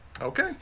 okay